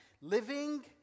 living